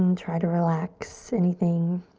and try to relax anything